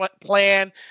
plan